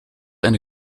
eine